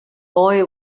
boy